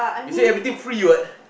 you say everything free what